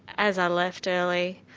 as i left early,